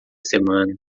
semana